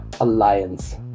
alliance